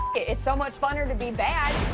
it's so much funner to be bad.